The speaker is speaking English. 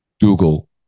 Google